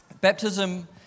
Baptism